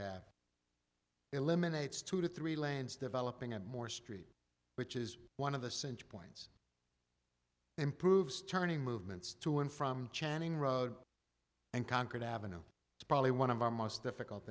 av eliminates two to three lanes developing and more street which is one of the central points improves turning movements to and from channing road and concord ave it's probably one of our most difficult